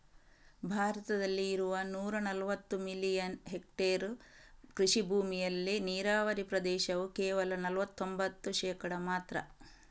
ಭಾರತದಲ್ಲಿ ಇರುವ ನೂರಾ ನಲವತ್ತು ಮಿಲಿಯನ್ ಹೆಕ್ಟೇರ್ ಕೃಷಿ ಭೂಮಿಯಲ್ಲಿ ನೀರಾವರಿ ಪ್ರದೇಶವು ಕೇವಲ ನಲವತ್ತೊಂಭತ್ತು ಶೇಕಡಾ ಮಾತ್ರ